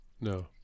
No